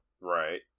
Right